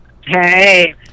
Hey